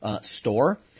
store